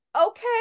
okay